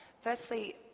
Firstly